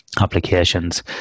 applications